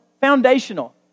foundational